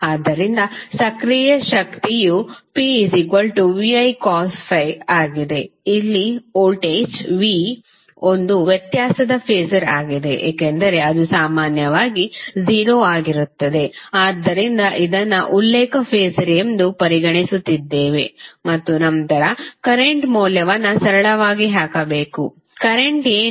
ಆದ್ದರಿಂದ ಸಕ್ರಿಯ ಶಕ್ತಿಯು P VI cos φ ಆಗಿದೆ ಇಲ್ಲಿ ವೋಲ್ಟೇಜ್ V ಒಂದು ವ್ಯತ್ಯಾಸದ ಫಾಸರ್ ಆಗಿದೆ ಏಕೆಂದರೆ ಅದು ಸಾಮಾನ್ಯವಾಗಿ 0 ಆಗಿರುತ್ತದೆ ಆದ್ದರಿಂದ ಇದನ್ನು ಉಲ್ಲೇಖ ಫಾಸರ್ ಎಂದು ಪರಿಗಣಿಸುತ್ತಿದ್ದೇವೆ ಮತ್ತು ನಂತರ ಕರೆಂಟ್ ಮೌಲ್ಯವನ್ನು ಸರಳವಾಗಿ ಹಾಕಬೇಕು ಕರೆಂಟ್ ಏನು